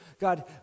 God